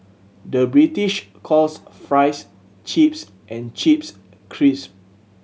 the British calls fries chips and chips crisp